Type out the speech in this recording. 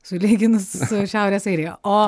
sulyginus su šiaurės airija o